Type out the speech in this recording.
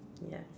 ya